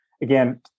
again